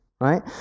right